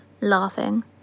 laughing